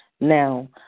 now